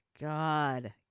God